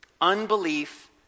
Unbelief